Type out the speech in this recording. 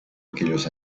aquellos